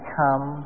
come